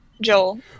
Joel